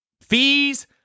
Fees